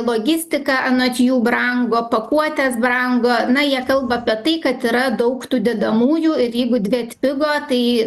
logistika anot jų brango pakuotės brango na jie kalba apie tai kad yra daug tų dedamųjų ir jeigu dvi atpigo tai